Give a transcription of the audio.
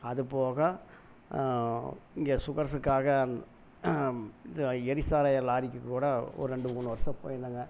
அதுபோக இங்கே ஸுகர்ஸுக்காக எரிசாராயம் லாரிக்கு கூட ஒரு ரெண்டு மூணு வருஷம் போயிருந்தேங்க